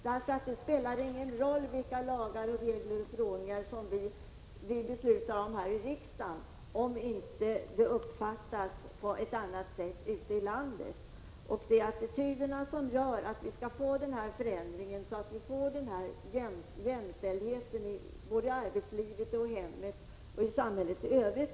Det spelar ingen roll vilka lagar, regler och förordningar vi beslutar om här i riksdagen om man har andra uppfattningar härvidlag ute i landet. Det är attityderna som leder till att vi får en förändring, vilket i sin tur leder till jämställdhet mellan män och kvinnor i arbetslivet, i hemmet och i samhället i övrigt.